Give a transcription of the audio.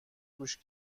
گوش